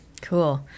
Cool